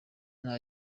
nta